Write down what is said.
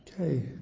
Okay